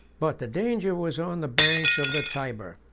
but the danger was on the banks of the tyber,